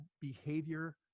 behavior